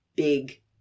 big